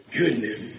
goodness